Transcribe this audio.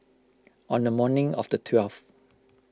on the morning of the twelfth